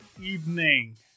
evening